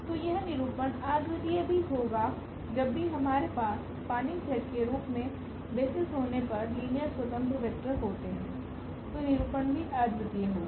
तो यह निरूपण अद्वितीय भी होगा जब भी हमारे पास स्पान्निंग सेट के रूप में बेसिस होने पर लीनियर स्वतंत्र वेक्टर होते हैं तो निरूपण भी अद्वितीय होगा